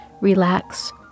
relax